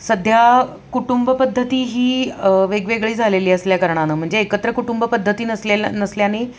सध्या कुटुंबपद्धती ही वेगवेगळी झालेली असल्याकारणानं म्हणजे एकत्र कुटुंबपद्धती नसले नसल्याने